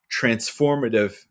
transformative